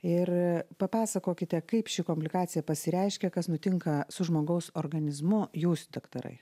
ir papasakokite kaip ši komplikacija pasireiškia kas nutinka su žmogaus organizmu jūs daktarai